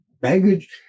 Baggage